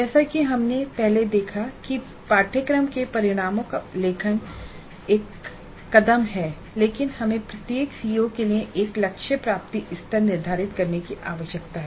जैसा कि हमने पहले देखा है पाठ्यक्रम के परिणामों का लेखन एक कदम है लेकिन हमें प्रत्येक सीओ के लिए एक लक्ष्य प्राप्ति स्तर निर्धारित करने की आवश्यकता है